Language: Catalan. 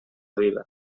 viva